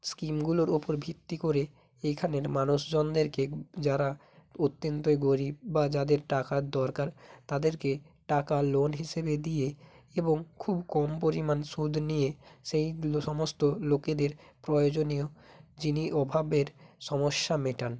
স্কিমগুলোর ওপর ভিত্তি করে এইখানের মানুষজনদেরকের যারা অত্যন্ত গরিব বা যাদের টাকার দরকার তাদেরকে টাকা লোন হিসেবে দিয়ে এবং খুব কম পরিমাণ সুদ নিয়ে সেইগুলো সমস্ত লোকেদের প্রয়োজনীয় যিনি অভাবের সমস্য়া মেটান